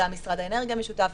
גם משרד האנרגיה שותף,